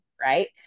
right